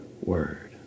word